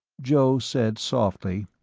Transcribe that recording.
joe said softly,